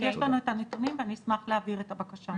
יש לנו את הנתונים ואני אשמח להעביר את הבקשה.